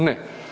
Ne.